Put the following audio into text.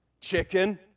Chicken